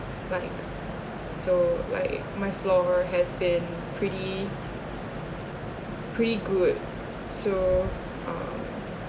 like so like my floor has been pretty pretty good so uh